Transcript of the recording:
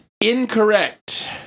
Incorrect